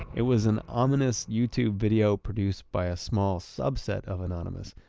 it was an ominous youtube video produced by a small subset of anonymous,